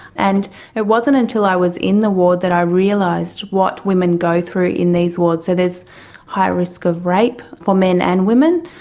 and it wasn't until i was in the ward that i realised what women go through in these wards. so there's a high risk of rape, for men and women.